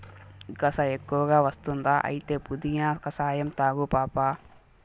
గస ఎక్కువ వస్తుందా అయితే పుదీనా కషాయం తాగు పాపా